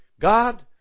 God